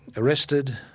arrested,